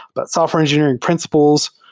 but software engineering principles,